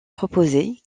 proposée